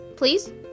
Please